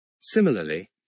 Similarly